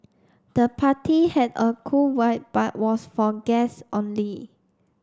the party had a cool vibe but was for guests only